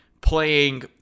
playing